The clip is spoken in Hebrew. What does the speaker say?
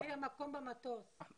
לא היה מקום במטוס.